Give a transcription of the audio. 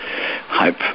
hype